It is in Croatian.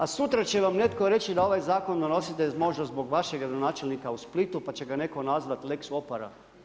A sutra će vam netko reći da ovaj zakon donosite možda zbog vašeg gradonačelnika u Splitu pa će ga neko nazvati lex Opara.